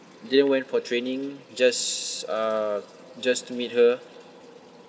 didn't went for training just uh just to meet her